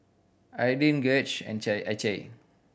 Ardyce Gauge and